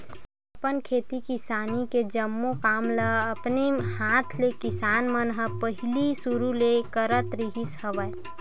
अपन खेती किसानी के जम्मो काम ल अपने हात ले किसान मन ह पहिली सुरु ले करत रिहिस हवय